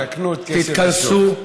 תתכנסו,